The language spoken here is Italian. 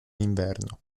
inverno